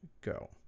go